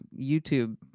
YouTube